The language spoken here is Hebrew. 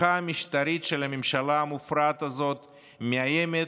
ההפיכה המשטרית של הממשלה המופרעת הזאת מאיימת